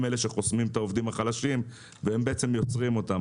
הם אלה שחוסמים את העובדים החלשים והם בעצם יוצרים אותם,